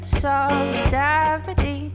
solidarity